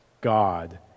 God